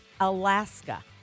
Alaska